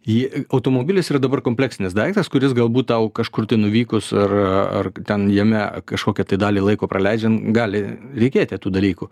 jie automobilis yra dabar kompleksinis daiktas kuris galbūt tau kažkur tai nuvykus ar ar ten jame kažkokią tai dalį laiko praleidžian gali reikėti tų dalykų